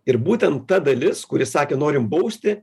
ir būtent ta dalis kuri sakė norim bausti